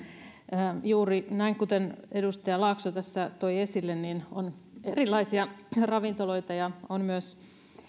juuri näin kuten edustaja laakso tässä toi esille että on erilaisia ravintoloita ja on myös